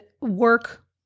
work